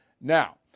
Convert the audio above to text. Now